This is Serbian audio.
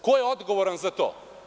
Ko je odgovoran za to?